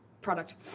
product